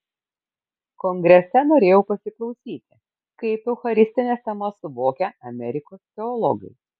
kongrese norėjau pasiklausyti kaip eucharistines temas suvokia amerikos teologai